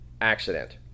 accident